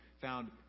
found